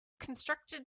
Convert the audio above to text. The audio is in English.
constructed